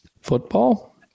Football